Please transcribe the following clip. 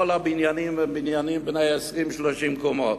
הבניינים הם בניינים בני 20 30 קומות.